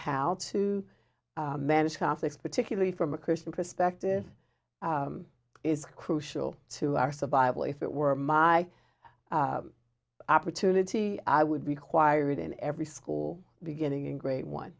how to manage catholics particularly from a christian perspective is crucial to our survival if it were my opportunity i would require it in every school beginning in grade one